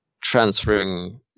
transferring